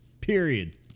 period